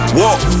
walk